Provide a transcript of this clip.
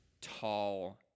tall